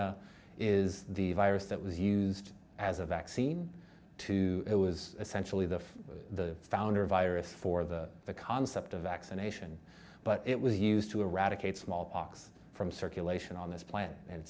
vaccinate is the virus that was used as a vaccine to it was essentially the the founder virus for the concept of vaccination but it was used to eradicate smallpox from circulation on this planet and